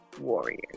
warriors